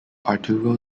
arturo